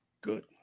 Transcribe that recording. Good